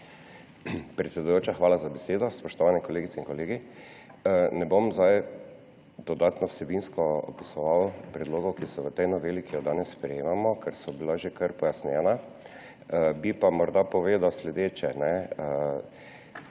Predsedujoča, hvala za besedo. Spoštovani kolegice in kolegi! Ne bom zdaj dodatno vsebinsko opisoval predlogov, ki so v tej noveli, ki jo danes sprejemamo, ker so bila že kar pojasnjena, bi pa morda povedal sledeče.